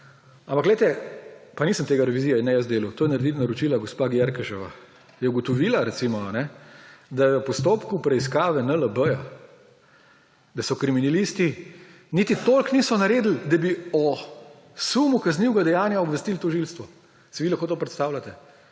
neverjetno. Pa nisem te revizije jaz delal, to je naročila gospa Györkös, je ugotovila recimo, da v postopku preiskave NLB kriminalisti niti toliko niso naredili, da bi o sumu kaznivega dejanja obvestili tožilstvo. Si vi lahko to predstavljate?!